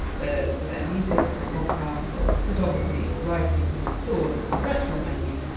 whether for their music or podcasts or photography or writing or stores or restaurant menus.